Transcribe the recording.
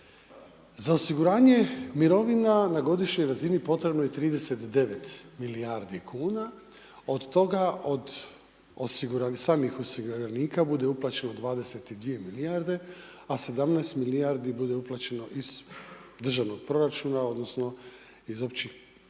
Za osiguranje mirovina na godišnjoj razini potrebno je 39 milijardi kuna, od toga od samih osiguranika bude uplaćeno 22 milijarde a 17 milijardi bude uplaćeno iz državnog proračuna odnosno iz općih